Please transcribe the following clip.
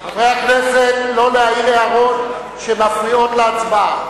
חברי הכנסת, לא להעיר הערות שמפריעות להצבעה.